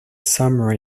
summer